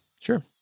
Sure